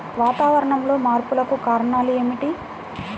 వాతావరణంలో మార్పులకు కారణాలు ఏమిటి?